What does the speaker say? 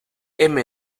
heme